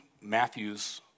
Matthew's